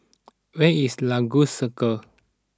where is Lagos Circle